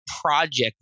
project